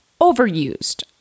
overused